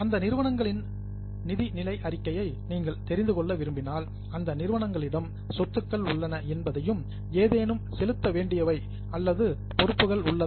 அந்த நிறுவனங்களின் financial statement நிதி நிலை அறிக்கையை நீங்கள் தெரிந்துக்கொள்ள விரும்பினால் அந்த நிறுவனங்களிடம் என்ன அசட்ஸ் சொத்துக்கள் உள்ளன என்பதையும் ஏதேனும் பேயபில்ஸ் செலுத்த வேண்டியவை அல்லது லியாபிலிடீஸ் பொறுப்புகள் உள்ளதா